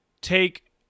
take